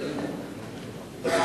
מודיעה